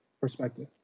perspective